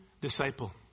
disciple